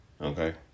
okay